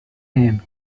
and